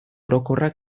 orokorra